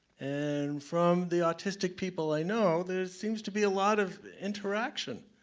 and from the autistic people i know there seems to be a lot of interaction,